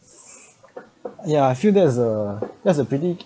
ya I feel there's a that's a pretty